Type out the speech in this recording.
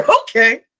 Okay